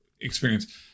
experience